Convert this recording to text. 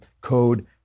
code